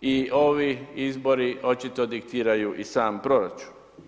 i ovi izbori očito diktiraju i sam proračun.